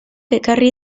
ekarri